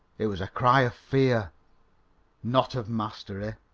it was a cry of fear not of mastery.